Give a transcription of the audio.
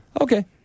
Okay